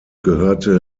gehörte